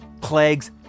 plagues